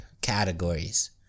categories